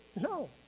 No